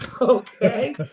Okay